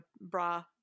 bra